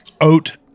oat